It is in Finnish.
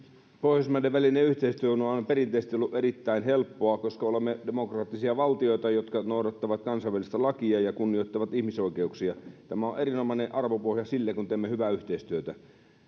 pohjoismaiden välinen yhteistyö on on perinteisesti ollut erittäin helppoa koska olemme demokraattisia valtioita jotka noudattavat kansainvälistä lakia ja kunnioittavat ihmisoikeuksia tämä on erinomainen arvopohja sille kun teemme hyvää yhteistyötä